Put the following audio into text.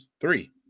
Three